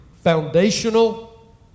foundational